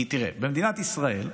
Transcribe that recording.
כי תראה, במדינת ישראל,